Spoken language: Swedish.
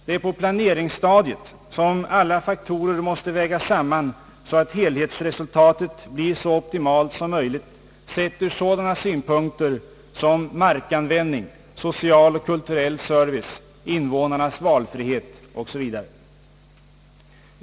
Det är på planeringsstadiet som alla faktorer måste vägas samman så att helhetsresultatet blir så optimalt som möjligt sett ur sådana synpunkter som markanvändning, social och kulturell service, invånarnas valfrihet o.s.v.